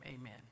Amen